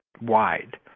wide